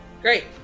Great